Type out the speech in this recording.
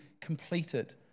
completed